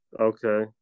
Okay